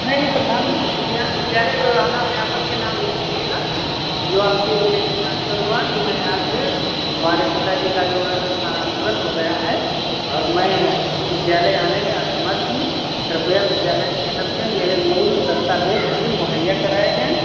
नहीं प्रधाना तो विद्या विद्यालय प्रधानाध्यापक के नाम लिख दीजिएगा जो आपके यह ट्रान्सफ़र हुआ कि मैं यहाँ से हमारे पिता जी का जो है स्थानान्तरण हो गया है और मैं अब विद्यालय आने में असमर्थ हूँ कृपया विद्यालय की तरफ से मेरे मूल दस्तावेज़ मुझे मुहइया कराए जाएँ